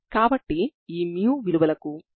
కాబట్టి λ2 ఐగెన్ విలువ కాదు